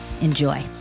Enjoy